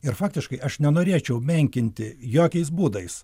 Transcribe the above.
ir faktiškai aš nenorėčiau menkinti jokiais būdais